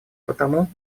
потому